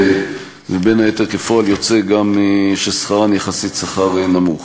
ובין היתר כפועל יוצא גם שכרן יחסית שכר נמוך.